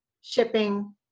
shipping